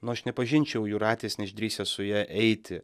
nu aš nepažinčiau jūratės neišdrįsęs su ja eiti